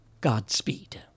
Godspeed